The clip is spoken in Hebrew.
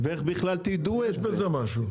יש בזה משהו.